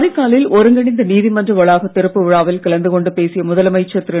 காரைக்காலில் ஒருங்கிணைந்த நீதிமன்ற வளாகத் திறப்பு விழாவில் கலந்து கொண்ட பேசிய முதலமைச்சர் திரு